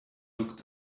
looked